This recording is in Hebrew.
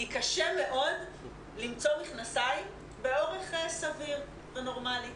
כי קשה מאוד למצוא מכנסיים באורך סביר ונורמלי.